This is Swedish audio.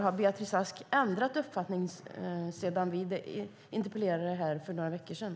Har Beatrice Ask ändrat uppfattning sedan interpellationen för några veckor sedan?